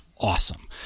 awesome